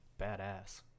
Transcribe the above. badass